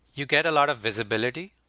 you get a lot of visibility.